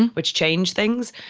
and which change things.